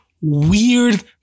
weird